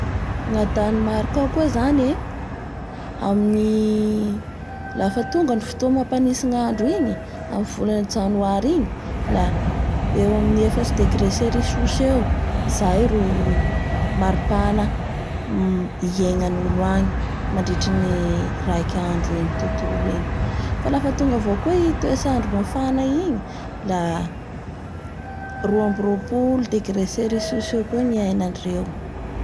Gna Danemarka ao koa zany e amin'ny lafa tonga ny fotoa mampanintsy ny andro igny amin'ny volana janoary igny la eo amin'ny efatsy degrée sericus eo izay ro maropahana mm-iengan'olo agny mandritsy ny raiky andro igny tontolo igny fa LAFA tonga avao koa i toetrandro fana igny la roa ambin'ny roapoo degré sericus eo koa ny iaignany.